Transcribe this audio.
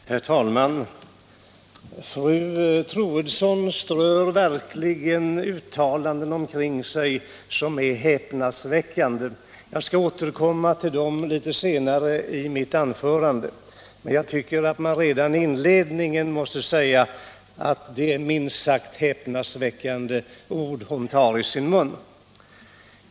Herr talman! Fru Troedsson strör verkligen uttalanden omkring sig som är häpnadsväckande. Jag skall återkomma till dem litet senare i mitt anförande, men jag tycker att man redan i inledningen måste säga att det är minst sagt häpnadsväckande ord hon tar i sin mun.